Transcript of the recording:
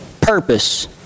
purpose